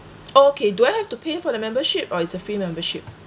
oh okay do I have to pay for the membership or it's a free membership